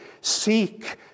Seek